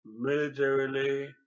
militarily